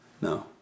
No